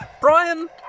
Brian